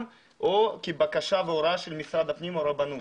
או כבקשה והוראה של משרד הפנים או הרבנות.